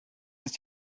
ist